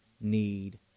need